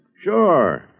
Sure